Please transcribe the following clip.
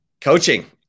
coaching